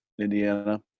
Indiana